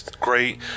great